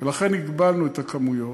ולכן הגבלנו את הכמויות.